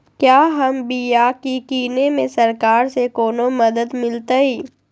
क्या हम बिया की किने में सरकार से कोनो मदद मिलतई?